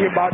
ये बात